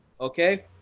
Okay